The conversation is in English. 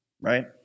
Right